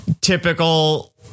typical